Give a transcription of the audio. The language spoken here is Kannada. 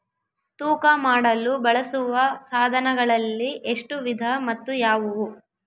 ತೂಕ ಮಾಡಲು ಬಳಸುವ ಸಾಧನಗಳಲ್ಲಿ ಎಷ್ಟು ವಿಧ ಮತ್ತು ಯಾವುವು?